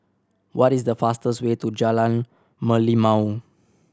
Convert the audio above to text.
what is the fastest way to Jalan Merlimau